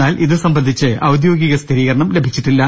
എന്നാൽ ഇതു സംബന്ധിച്ച് ഔദ്യോഗിക സ്ഥിരീകരണം ലഭിച്ചിട്ടില്ല